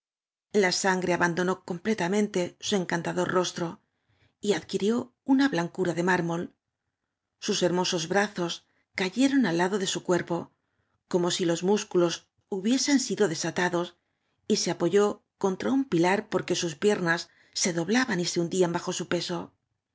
la sangre abandonó completamente su encantador rostro y adquirió una blancura de mármol sua hermo sos brazos cayeron al lado de sn cuerpo como si los músculos hubiesen sido desatados y se apoyó contra uo pilar porque sus piernas se do blaban y se hundían bajo su peso